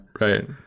right